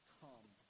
come